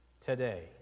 today